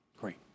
Great